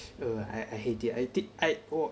err I I hate it I did~ 我